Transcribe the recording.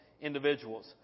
individuals